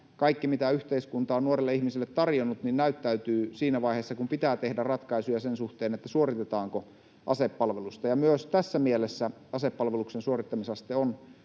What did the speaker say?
kaikki, mitä yhteiskunta on nuorille ihmisille tarjonnut, näyttäytyy siinä vaiheessa, kun pitää tehdä ratkaisuja sen suhteen, suoritetaanko asepalvelus. Myös tässä mielessä asepalveluksen suorittamisaste on